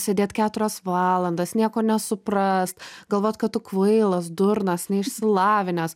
sėdėt keturias valandas nieko nesuprast galvot kad tu kvailas durnas neišsilavinęs